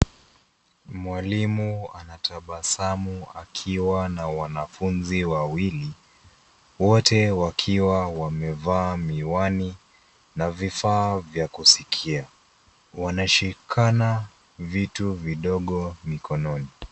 Mwalimu anatabasamu akiwa na wanafunzi wawili, wote wakiwa wamevaa miwani, na vifaa vya kusikia, wanashikana vitu vidogo mikononi.